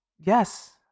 yes